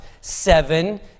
Seven